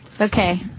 Okay